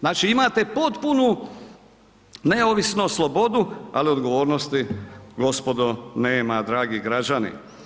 Znači imate potpunu neovisnost, slobodu, ali odgovornosti gospodo nema, dragi građani.